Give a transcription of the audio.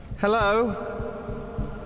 Hello